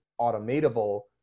automatable